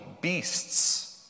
beasts